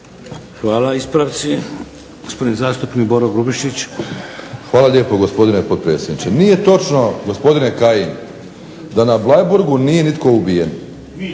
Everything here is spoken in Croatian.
Hvala. Ispravci. Gospodin zastupnik Boro Grubišić. **Grubišić, Boro (HDSSB)** Hvala lijepo gospodine potpredsjedniče. Nije točno gospodine Kajin da na Bleiburgu nije nitko ubijen.